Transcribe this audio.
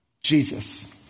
Jesus